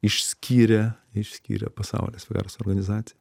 išskyrė išskyrė pasaulio sveikatos organizacija